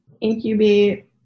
incubate